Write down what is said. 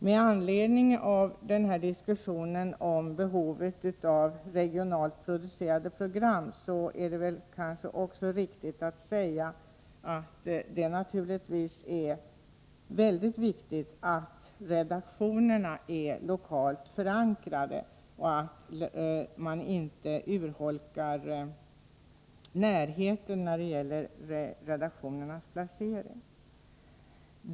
Med anledning av diskussionen om behovet av regionalt producerade program är det väl kanske också riktigt att säga att det naturligtvis är mycket viktigt att redaktionerna är lokalt förankrade och att man inte urholkar närheten då det gäller redaktionernas placering.